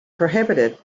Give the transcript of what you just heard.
prohibited